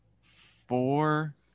four